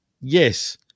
yes